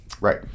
Right